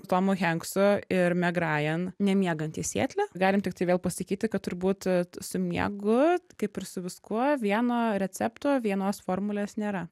tomu henksu ir meg ryan nemiegantys sietle galim tiktai vėl pasakyti kad turbūt t su miegu kaip ir su viskuo vieno recepto vienos formulės nėra